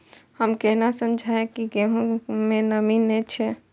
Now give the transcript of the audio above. हम केना समझये की गेहूं में नमी ने छे?